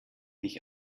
dich